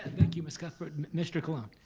thank you miss cuthbert. and mr. colon?